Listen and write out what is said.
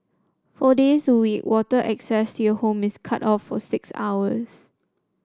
four days a week water access your home is cut for six hours